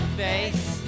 face